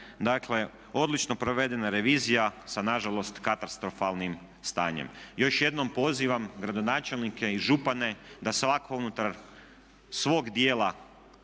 Dakle, odlično provedena revizija sa na žalost katastrofalnim stanjem. Još jednom pozivam gradonačelnike i župane da svak unutar svog dijela